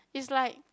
is like